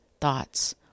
thoughts